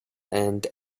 and